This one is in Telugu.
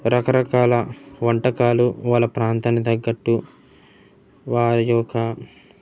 రకరకాల వంటకాలు వాళ్ళ ప్రాంతాన్ని తగ్గట్టు వారి యొక్క